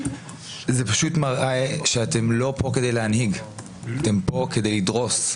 זה פשוט מראה שאתם לא כאן כדי להנהיג אלא אתם כאן כדי לדרוס.